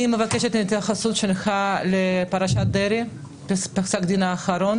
אני מבקשת התייחסות שלך לפרשת דרעי בפסק הדין האחרון.